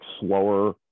slower